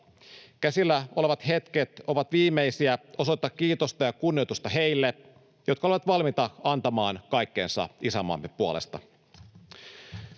Käsillä olevat hetket ovat viimeisiä osoittaa kiitosta ja kunnioitusta heille, jotka olivat valmiita antamaan kaikkensa isänmaamme puolesta.